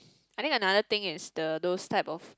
I think another thing is the those type of